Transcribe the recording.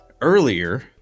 earlier